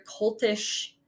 cultish